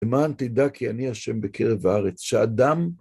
למען תדע כי אני השם בקרב הארץ שאדם